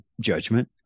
judgment